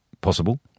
possible